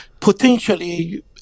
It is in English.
potentially